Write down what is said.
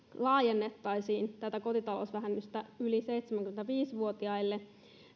laajennettaisiin tätä kotitalousvähennystä yli seitsemänkymmentäviisi vuotiaille